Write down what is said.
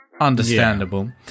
understandable